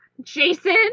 Jason